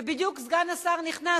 ובדיוק סגן השר נכנס,